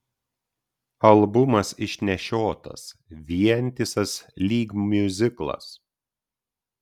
albumas išnešiotas vientisas lyg miuziklas